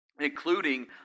including